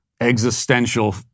existential